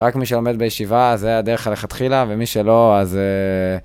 רק מי שלומד בישיבה, אז זה היה דרך הלכתחילה, ומי שלא, אז...